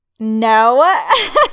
No